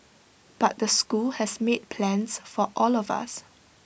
but the school has made plans for all of us